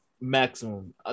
maximum